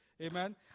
Amen